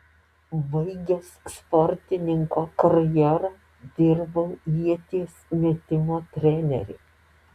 baigęs sportininko karjerą dirbau ieties metimo treneriu